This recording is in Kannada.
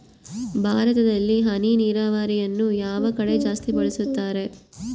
ಭಾರತದಲ್ಲಿ ಹನಿ ನೇರಾವರಿಯನ್ನು ಯಾವ ಕಡೆ ಜಾಸ್ತಿ ಬಳಸುತ್ತಾರೆ?